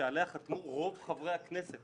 שעליה חתמו רוב חברי הכנסת